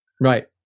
Right